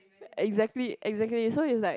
exactly exactly so is like